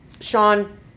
Sean